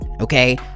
okay